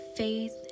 Faith